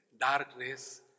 darkness